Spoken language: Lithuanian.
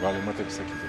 galima taip sakyti